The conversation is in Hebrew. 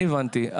אני הבנתי.